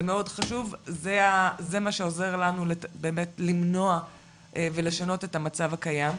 זה מה שעוזר לנו באמת למנוע ולשנות את המצב הקיים,